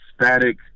static